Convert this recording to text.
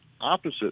opposite